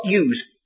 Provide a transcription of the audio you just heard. use